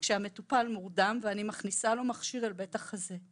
כאשר המטופל מורדם ואני מכניסה לו מכשיר אל בית החזה.